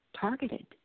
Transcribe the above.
targeted